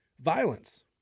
violence